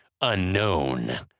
unknown